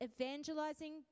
evangelizing